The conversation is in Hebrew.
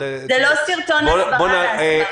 זה לא סרטון הסברה על ההסברה.